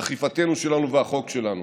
אכיפתנו שלנו והחוק שלנו.